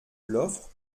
l’offre